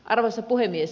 arvoisa puhemies